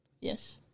Yes